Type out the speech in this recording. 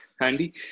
handy